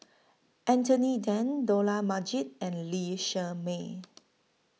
Anthony Then Dollah Majid and Lee Shermay